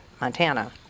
Montana